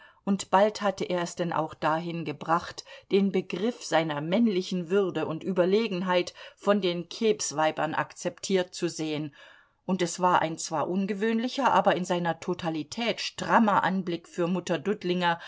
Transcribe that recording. und bald hatte er es denn auch dahin gebracht den begriff seiner männlichen würde und überlegenheit von den kebsweibern akzeptiert zu sehen und es war ein zwar ungewöhnlicher aber in seiner totalität strammer anblick für mutter